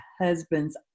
husband's